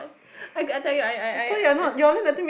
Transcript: I tell you I I I